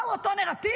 מהו אותו נרטיב?